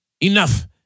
enough